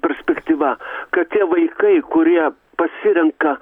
perspektyva kad tie vaikai kurie pasirenka